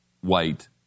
white